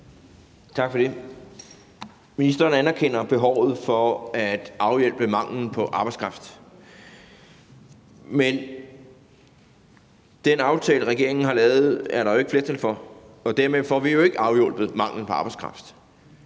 Tak for det. Ministeren anerkender behovet for at afhjælpe manglen på arbejdskraft, men den aftale, regeringen har lavet, er der jo ikke flertal for, og dermed får vi jo ikke afhjulpet manglen på arbejdskraft.